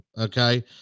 okay